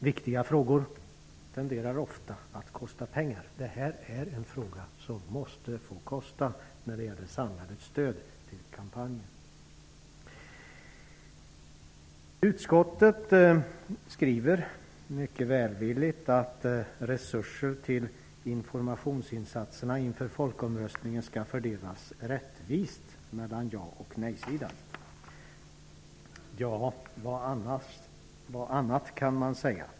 Viktiga frågor tenderar ofta att kosta pengar. Det här är en fråga som måste få kosta. Det gäller ju samhällets stöd till kampanjen. Utskottet skriver mycket välvilligt att resurser till informationsinsatserna inför folkomröstningen skall fördelas rättvist mellan ja och nejsidan. Vad annat skulle man kunna säga?